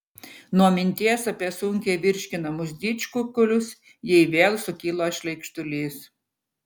nuo minties apie sunkiai virškinamus didžkukulius jai vėl sukilo šleikštulys